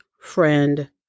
friend